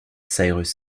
cyrus